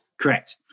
Correct